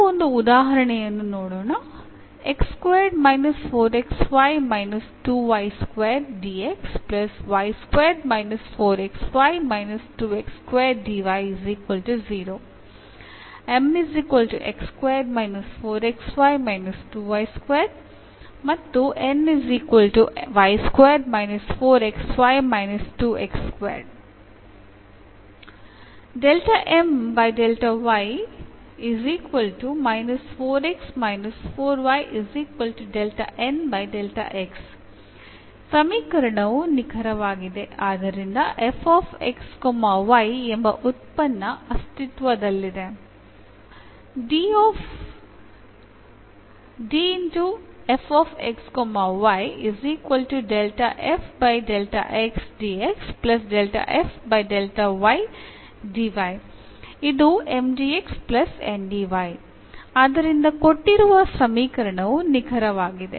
ನಾವು ಒಂದು ಉದಾಹರಣೆಯನ್ನು ನೋಡೋಣ ಸಮೀಕರಣವು ನಿಖರವಾಗಿದೆ ಆದ್ದರಿಂದ ಎಂಬ ಉತ್ಪನ್ನ ಅಸ್ತಿತ್ವದಲ್ಲಿದೆ ಆದ್ದರಿಂದ ಕೊಟ್ಟಿರುವ ಸಮೀಕರಣವು ನಿಖರವಾಗಿದೆ